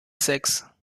sechs